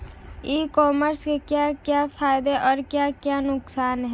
ई commerce के क्या क्या फायदे और क्या क्या नुकसान है?